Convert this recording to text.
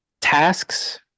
tasks